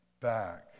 back